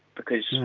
because. yeah